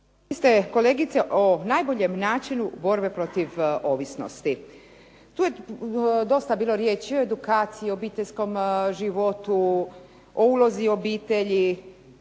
Vi ste, kolegice, o najboljem načinu borbe protiv ovisnosti. Tu je dosta bilo riječi o edukaciji, o obiteljskom životu, o ulozi obitelji,